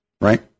right